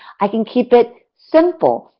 i could keep it simple,